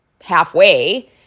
halfway